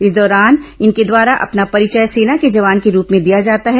इस दौरान इनके द्वारा अपना परिचय सेना के जवान के रूप में दिया जाता है